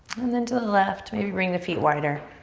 and then to the left, maybe bring the feet wider.